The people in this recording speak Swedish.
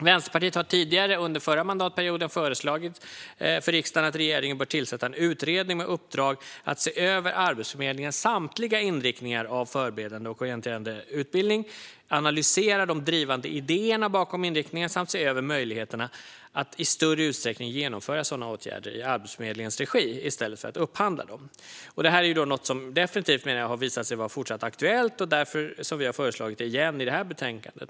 Vänsterpartiet har under den förra mandatperioden föreslagit för riksdagen att regeringen bör tillsätta en utredning med uppdrag att se över Arbetsförmedlingens samtliga inriktningar av Förberedande och orienterande utbildning, analysera de drivande idéerna bakom inriktningen samt se över möjligheterna att i större utsträckning vidta sådana åtgärder i Arbetsförmedlingens regi i stället för att upphandla dem. Jag menar att detta är någonting som visat sig vara fortsatt aktuellt, och därför har vi föreslagit det på nytt i detta betänkande.